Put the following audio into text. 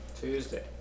Tuesday